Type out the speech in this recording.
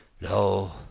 No